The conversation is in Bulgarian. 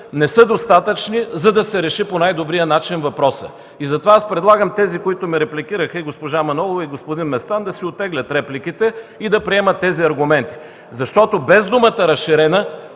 не са достатъчни, за да се реши въпросът по най-добрия начин. Предлагам тези, които ме репликираха – и госпожа Манолова, и господин Местан да си оттеглят репликите и да приемат тези аргументи. Защото без думата „разширена”